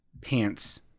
pants